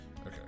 Okay